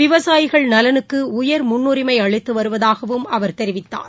விவசாயிகள் நலனுக்குஉயர் முன்னுரிமைஅளித்துவருவதாகவும் அவர் தெரிவித்தார்